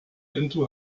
into